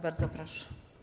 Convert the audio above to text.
Bardzo proszę.